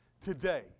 Today